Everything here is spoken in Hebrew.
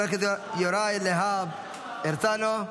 חבר הכנסת יוראי להב הרצנו,